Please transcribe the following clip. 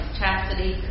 chastity